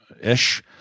ish